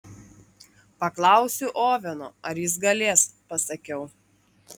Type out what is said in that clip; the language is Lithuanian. paklausiu oveno ar jis galės pasakiau